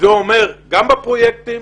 זה אומר גם בפרויקטים,